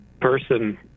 person